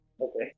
Okay